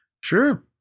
sure